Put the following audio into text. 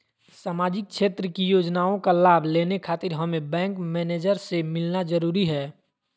सामाजिक क्षेत्र की योजनाओं का लाभ लेने खातिर हमें बैंक मैनेजर से मिलना जरूरी है?